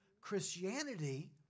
Christianity